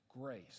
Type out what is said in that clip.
grace